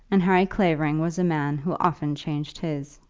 and harry clavering was a man who often changed his.